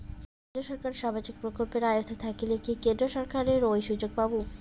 রাজ্য সরকারের সামাজিক প্রকল্পের আওতায় থাকিলে কি কেন্দ্র সরকারের ওই সুযোগ পামু?